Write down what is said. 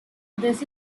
this